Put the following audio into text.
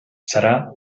serà